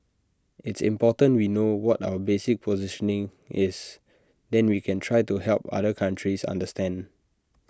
it's important we know what our basic positioning is then we can try to help other countries understand